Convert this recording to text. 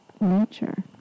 nature